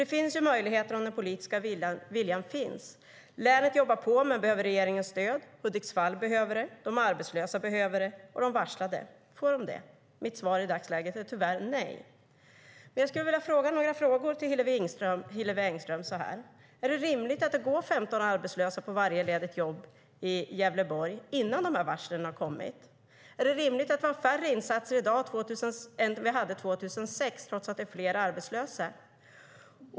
Det finns ju möjligheter om den politiska viljan finns. Länet jobbar på men behöver regeringens stöd. Hudiksvall behöver det. De arbetslösa och de varslade behöver det. Får de det? Mitt svar i dagsläget är tyvärr nej. Men jag skulle vilja ställa några frågor till Hillevi Engström. Är det rimligt att det går 15 arbetslösa på varje ledigt jobb i Gävleborg innan de här varslen har fallit ut? Är det rimligt att vi har färre insatser i dag än vi hade 2006, trots att det är fler arbetslösa?